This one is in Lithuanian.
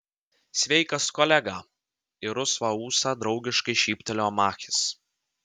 sveikas kolega į rusvą ūsą draugiškai šyptelėjo machis